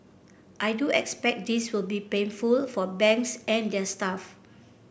I do expect this will be painful for banks and their staff